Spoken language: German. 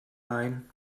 leihen